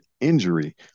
injury